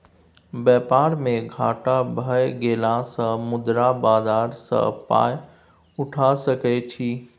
बेपार मे घाटा भए गेलासँ मुद्रा बाजार सँ पाय उठा सकय छी